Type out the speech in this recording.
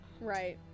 Right